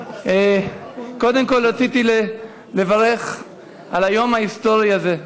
קודם כול, רציתי לברך על היום ההיסטורי הזה.